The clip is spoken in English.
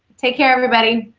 take care everybody.